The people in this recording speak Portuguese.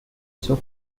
seu